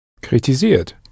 Kritisiert